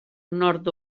nord